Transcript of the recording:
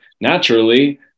naturally